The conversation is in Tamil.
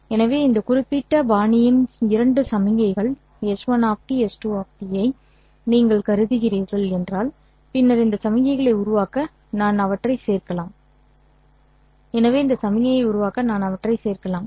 எனவே இந்த குறிப்பிட்ட பாணியின் இரண்டு சமிக்ஞைகள் s1 s2 ஐ நீங்கள் கருதுகிறீர்கள் பின்னர் இந்த சமிக்ஞைகளை உருவாக்க நான் அவற்றைச் சேர்க்கலாம் எனவே இந்த சமிக்ஞையை உருவாக்க நான் அவற்றைச் சேர்க்கலாம்